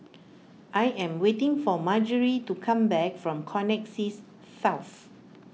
I am waiting for Marjorie to come back from Connexis South